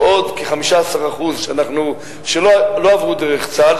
ועוד כ-15% שלא עברו דרך צה"ל,